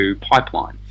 pipeline